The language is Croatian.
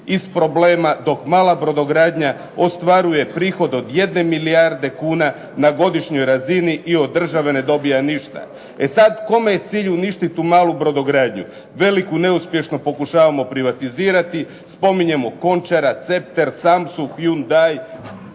iz problema dok mala brodogradnja ostvaruje prihod od jedne milijarde kuna na godišnjoj razini i od države ne dobiva ništa. E sad, kome je cilj uništiti tu malu brodogradnju. Veliku neuspješno pokušavamo privatizirati, spominjemo Končara, Zepter, Samsung, Hyundai,